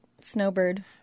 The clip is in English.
snowbird